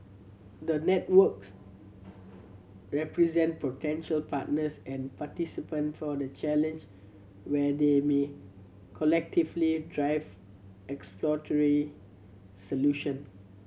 the networks represent potential partners and participant for the Challenge where they may collectively drive exploratory solution